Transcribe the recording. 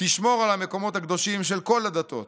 תשמור על המקומות הקדושים של כל הדתות,